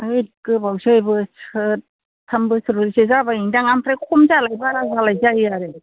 होइ गोबावसै बोसोरथाम बोसोरब्रैसो जाबायानो दां ओमफ्राय खम जालाय बारा जालाय जायो आरो